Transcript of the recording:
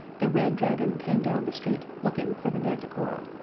the red dragon came down the street looking for the manticora.